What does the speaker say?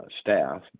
staff